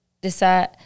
decide –